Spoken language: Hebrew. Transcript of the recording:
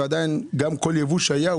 ועדיין גם כל יבוא שהיה,